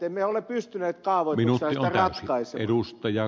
emme ole pystyneet kaavoitusasiaa ratkaisemaan